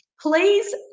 Please